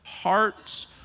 hearts